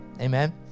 Amen